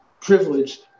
privileged